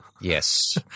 Yes